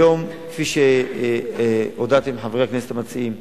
שהיום, כפי שהודעתם, חברי הכנסת המציעים,